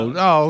no